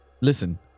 Listen